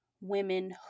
women